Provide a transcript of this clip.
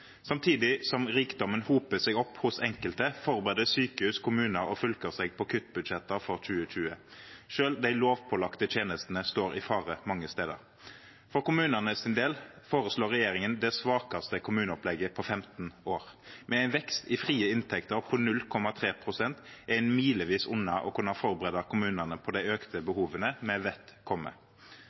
Samtidig som rikdommen hoper seg opp hos enkelte, forbereder sykehus, kommuner og fylker seg på kuttbudsjetter for 2020. Selv de lovpålagte tjenestene står i fare mange steder. For kommunenes del foreslår regjeringen det svakeste kommuneopplegget på 15 år. Med en vekst i frie inntekter på 0,3 pst. er man milevis unna å kunne forberede kommunene på de økte behovene vi vet kommer.